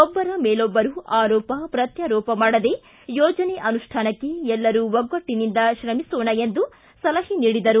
ಒಬ್ಬರ ಮೇಲೊಬ್ಬರು ಆರೋಪ ಪ್ರತ್ಯಾರೋಪ ಮಾಡದೆ ಯೋಜನೆ ಅನುಷ್ಠಾನಕ್ಕೆ ಎಲ್ಲರೂ ಒಗ್ಗಟ್ಟನಿಂದ ತ್ರಮಿಸೋಣ ಎಂದು ಸಲಹೆ ನೀಡಿದರು